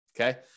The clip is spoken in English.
okay